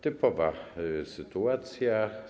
Typowa sytuacja.